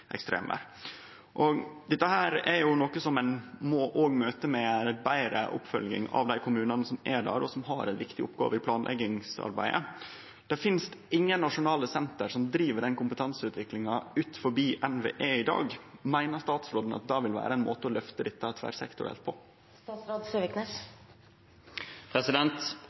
Dette er noko som ein må møte med betre oppfølging av dei kommunane som er der, og som har ei viktig oppgåve i planleggingsarbeidet. Det finst ingen nasjonale senter som driv denne kompetanseutviklinga utanom NVE i dag. Meiner statsråden at det vil vere ein måte å løfte dette tverrsektorielt på? Det er